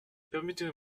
permettez